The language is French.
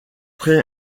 pré